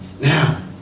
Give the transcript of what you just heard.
Now